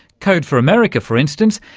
code for america, for instance,